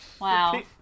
Wow